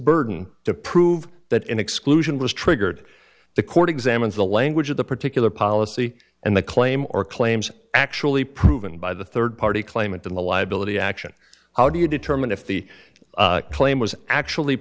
burden to prove that an exclusion was triggered the court examines the language of the particular policy and the claim or claims actually proven by the third party claimant the liability action how do you determine if the claim was actually